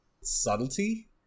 subtlety